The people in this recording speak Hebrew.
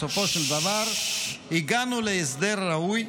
בסופו של דבר הגענו להסדר ראוי,